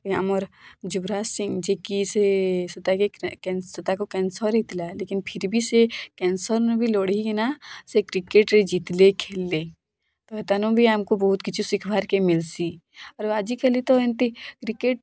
ଏ ଆମର ଯୁବରାଜ୍ ସିଂ ଯେ କି ସେ ସେଟା କି କେନ୍ ସେଟାକୁ କ୍ୟାନସର୍ ହୋଇଥିଲା ଲେକିନ ଫିର୍ ଭି ସେ କ୍ୟାନସର୍ ନୁ ଲଢ଼ି କିନା ସେ କ୍ରିକେଟ୍ରେ ଜିତିଲେ ଖେଲିଲେ ତେନୁ ବି ଆମକୁ ବହୁତ କିଛି ଶିଖିବାର୍ ମିଲ୍ସି ଆରୁ ଆଜିକାଲି ତ ଏନ୍ତି କ୍ରିକେଟ୍